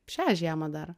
šią žiemą dar